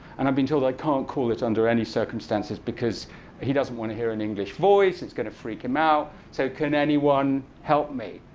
and i've been told i can't call it under any circumstances because he doesn't want to hear an english voice. it's going to freak him out. so can anyone help me?